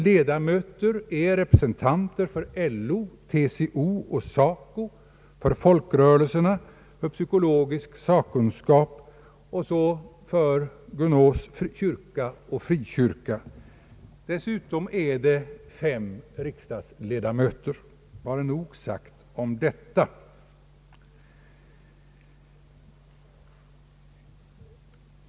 Ledamöter är representanter för LO, TCO och SACO, för folkrörelserna, för psykologisk sakkunskap och — gunås — för kyrka och frikyrka. Dessutom är det fem riksdagsledamöter. Vare nog sagt om detta.